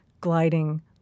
gliding